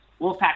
Wolfpack